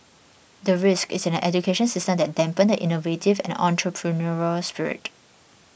the risk is an education system that dampen the innovative and entrepreneurial spirit